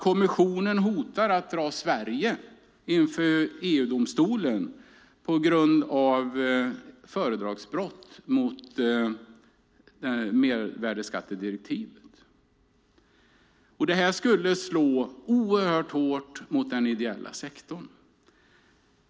Kommissionen hotar att dra Sverige inför EU-domstolen på grund av föredragsbrott mot mervärdesskattedirektivet. Det skulle slå hårt mot den ideella sektorn.